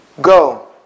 Go